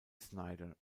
schneider